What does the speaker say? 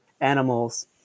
animals